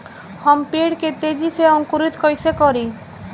हम पेड़ के तेजी से अंकुरित कईसे करि?